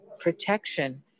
protection